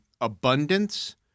abundance